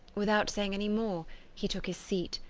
without saying any more he took his seat,